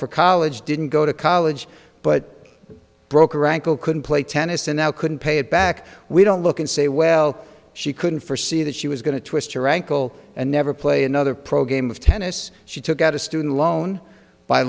for college didn't go to college but broke or rankle couldn't play tennis and now couldn't pay it back we don't look and say well she couldn't for see that she was going to twist her ankle and never play another pro game of tennis she took out a student loan by